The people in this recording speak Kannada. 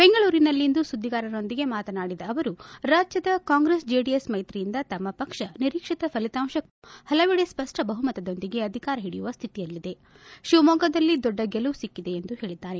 ಬೆಂಗಳೂರಿನಲ್ಲಿಂದು ಸುದ್ದಿಗಾರರೊಂದಿಗೆ ಮಾತನಾಡಿದ ಅವರು ರಾಜ್ಯದ ಕಾಂಗ್ರೆಸ್ ಜೆಡಿಎಸ್ ಮೈತ್ರಿಯಿಂದ ತಮ್ಮ ಪಕ್ಷ ನಿರೀಕ್ಷಿತ ಫಲಿತಾಂಶ ಕಾಣದೇ ಇದ್ದರೂ ಪಲವೆಡೆ ಸ್ಪಷ್ಟ ಬಹುಮತದೊಂದಿಗೆ ಅಧಿಕಾರ ಹಿಡಿಯುವ ಸ್ಪಿತಿಯಲ್ಲಿದೆ ಶಿವಮೊಗ್ಗದಲ್ಲಿ ದೊಡ್ಡ ಗೆಲುವು ಸಿಕ್ಕಿದೆ ಎಂದು ಹೇಳಿದ್ದಾರೆ